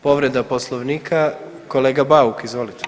Povreda Poslovnika kolega Bauk, izvolite.